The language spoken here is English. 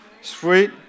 Sweet